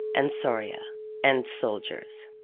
and soria and soldiers.